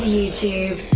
YouTube